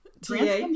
TA